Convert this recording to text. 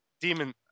demon